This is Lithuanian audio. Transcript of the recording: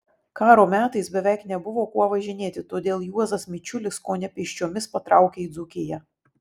karo metais beveik nebuvo kuo važinėti todėl juozas mičiulis kone pėsčiomis patraukė į dzūkiją